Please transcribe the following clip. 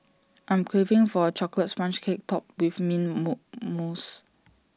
I'm craving for A Chocolate Sponge Cake Topped with mint more mousse